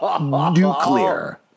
nuclear